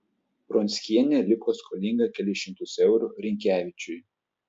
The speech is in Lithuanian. pronckienė liko skolinga kelis šimtus eurų rynkevičiui